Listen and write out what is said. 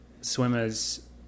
swimmers